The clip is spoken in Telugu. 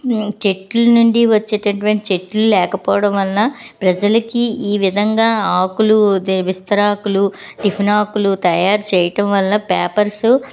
చెట్ల నుండి వచ్చేటటువంటి చెట్లు లేకపోవడం వలన ప్రజలకి ఈ విధంగా ఆకులు అదే విస్తరాకులు టిఫిన్ ఆకులు తయారుచేయటం వల్ల పేపర్సు